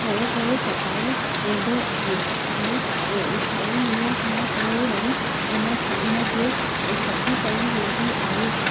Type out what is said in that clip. थोरो थोरो चटायो वेंदो आहे ऐं छहे ॾींहं खां पोइ वरी उनखे उनजे छठी कई वेंदी आहे